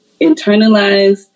internalize